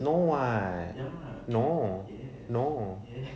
no what no no